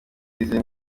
twizeye